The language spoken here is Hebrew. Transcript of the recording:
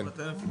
נעדכן.